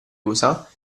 usa